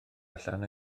allan